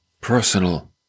personal